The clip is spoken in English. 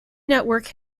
network